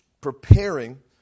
preparing